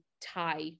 tie